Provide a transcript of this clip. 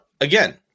again